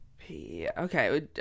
Okay